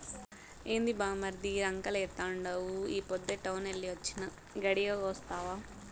ఏంది బామ్మర్ది రంకెలేత్తండావు ఈ పొద్దే టౌనెల్లి వొచ్చినా, గడియాగొస్తావా